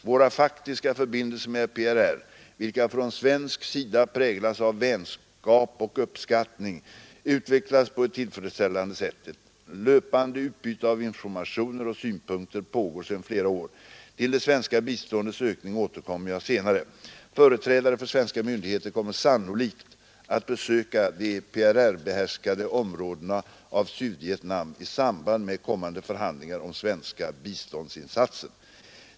Våra faktiska förbindelser med PRR, vilka från svensk sida präglas av vänskap och uppskattning, utvecklas på ett tillfredsställande sätt. Ett löpande utbyte av informationer och synpunkter pågår sedan flera år. Till det svenska biståndets ökning återkommer jag senare. Företrädare för svenska myndigheter kommer sannolikt att besöka de PRR-behärskade områdena av Sydvietnam i samband med kommande förhandlingar om svenska biståndsinsatser.